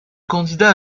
candidat